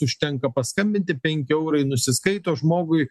užtenka paskambinti penki eurai nusiskaito žmogui